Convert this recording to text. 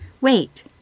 wait